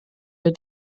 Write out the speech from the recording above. wir